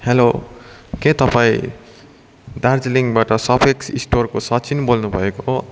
hello के तपाईँ दार्जिलिङबाट सफेद स्टोरको सचिन बोल्नुभएको हो